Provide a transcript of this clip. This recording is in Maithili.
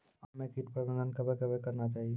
आम मे कीट प्रबंधन कबे कबे करना चाहिए?